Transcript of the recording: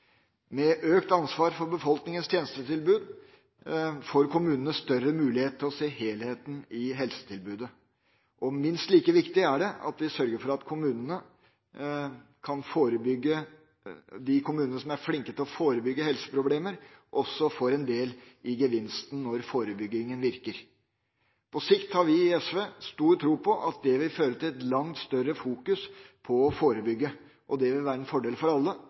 Med økt ansvar for befolkningens tjenestetilbud får kommunene større mulighet til å se helheten i helsetilbudet. Minst like viktig er det at vi sørger for at de kommunene som er flinke til å forebygge helseproblemer, også får ta del i gevinsten når forebyggingen virker. På sikt har vi i SV stor tro på at det vil føre til et langt større fokus på å forebygge. Det vil være en fordel for alle,